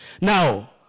Now